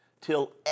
till